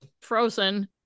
Frozen